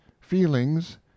feelings